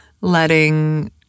letting